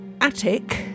attic